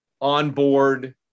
onboard